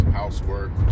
housework